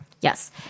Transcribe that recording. Yes